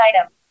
item